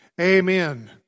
Amen